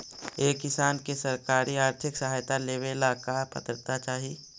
एक किसान के सरकारी आर्थिक सहायता लेवेला का पात्रता चाही?